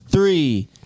Three